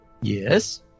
Yes